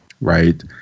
Right